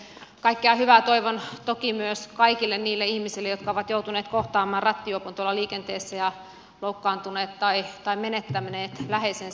kaikkea hyvää toivon toki myös kaikille niille ihmisille jotka ovat joutuneet kohtaamaan rattijuopon tuolla liikenteessä ja loukkaantuneet tai menettäneet läheisensä